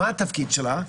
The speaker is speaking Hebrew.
מה התפקיד שלה?